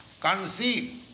conceive